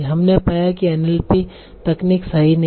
हमने पाया कि एनएलपी तकनीक सही नहीं है